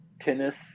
Tennis